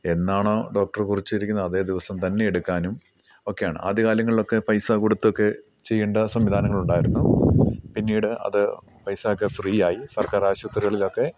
എന്നാണോ ഡോക്ടർ കുറിച്ചിരിക്കുന്നത് അതേ ദിവസം തന്നെ എടുക്കാനും ഒക്കെയാണ് ആദ്യ കാലങ്ങളിൽ ഒക്കെ പൈസ കൊടുത്തൊക്കെ ചെയ്യേണ്ട സംവിധാനങ്ങൾ ഉണ്ടായിരുന്നു പിന്നീട് അത് പൈസാക്കെ ഫ്രീ ആയി സർക്കാർ ആശുപത്രികളിൽ ഒക്കെ